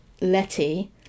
Letty